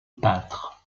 peintre